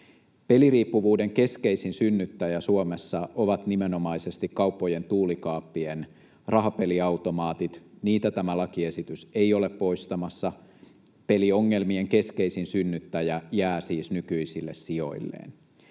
Peliriippuvuuden keskeisin synnyttäjä Suomessa ovat nimenomaisesti kauppojen tuulikaappien rahapeliautomaatit. Niitä tämä lakiesitys ei ole poistamassa. Peliongelmien keskeisin synnyttäjä jää siis nykyisille sijoilleen.